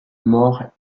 morts